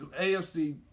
AFC